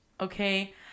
Okay